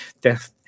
Death